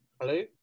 Hello